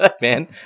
Man